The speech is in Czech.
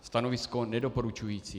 Stanovisko nedoporučující.